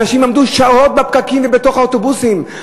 אנשים עמדו שעות בפקקים ובתוך האוטובוסים,